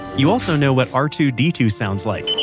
you also know what r two d two sounds like,